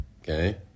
okay